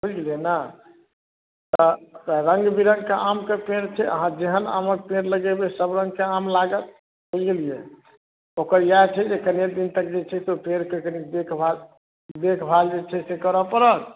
बुझि गेलियै ने तऽ तऽ रङ्ग विरङ्ग कऽ आम कऽ पेड़ छै अहाँ जेहन आम कऽ पेड़ लगेबै सभ रङ्गके आम लागत बुझि गेलियै ओकर इएह छै जे कनि दिन तक जे छै तऽ पेड़ कऽ कनि देखभाल देखभाल जे छै से करऽ पड़त